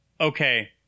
Okay